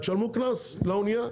תשלמו קנס לאנייה.